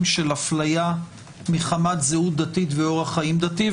של הפליה מחמת זהות דתית ואורח חיים דתי,